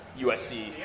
USC